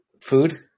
Food